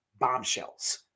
bombshells